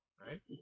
right